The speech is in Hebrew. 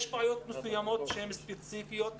יש בעיות מסוימת שהן ספציפיות.